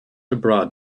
abroad